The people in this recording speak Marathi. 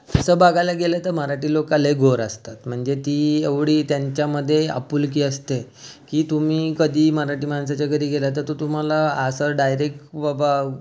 तसं बघायला गेलं तर मराठी लोकं लई गोड असतात म्हणजे ती एवढी त्यांच्यामध्ये आपुलकी असते की तुम्ही कधी मराठी माणसाच्या घरी गेला तर तो तुम्हाला असं डायरेक्ट व बा